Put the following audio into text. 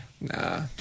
Nah